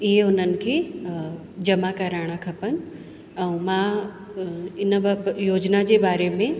ईअं उन्हनि खे जमा कराइणा खपनि ऐं मां इन वा योजना जे बारे में